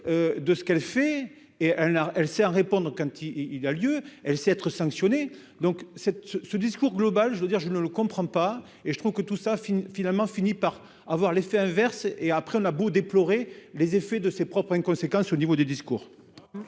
de ce qu'elle fait et elle a, elle, s'est à répondre quand il y a lieu, elle s'être sanctionné donc cette ce discours global, je veux dire, je ne le comprends pas et je trouve que tout ça finalement, finit par avoir l'effet inverse et après on a beau déplorer les effets de ses propres inconséquences au niveau des discours.